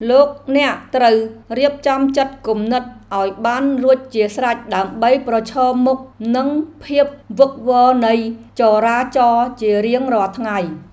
លោកអ្នកត្រូវរៀបចំចិត្តគំនិតឱ្យបានរួចជាស្រេចដើម្បីប្រឈមមុខនឹងភាពវឹកវរនៃចរាចរណ៍ជារៀងរាល់ថ្ងៃ។